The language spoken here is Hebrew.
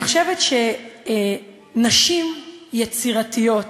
אני חושבת שנשים יצירתיות,